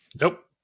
nope